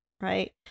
right